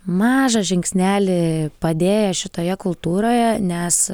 mažą žingsnelį padėję šitoje kultūroje nes